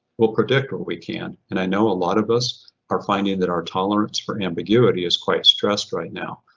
we'll predict what we can. and i know a lot of us are finding that our tolerance for ambiguity is quite stressed right now.